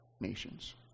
nations